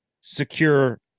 secure